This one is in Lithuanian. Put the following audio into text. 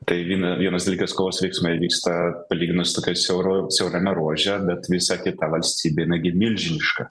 tai vyną vienas dalykas kovos veiksmai vyksta palyginus tokioj siauro siaurame ruože bet visa kita valstybė jinai gi milžiniška